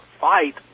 fight